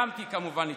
הסכמתי כמובן לדחות,